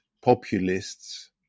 populists